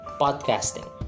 podcasting